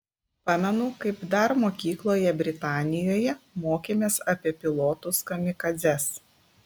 pamenu kaip dar mokykloje britanijoje mokėmės apie pilotus kamikadzes